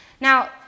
Now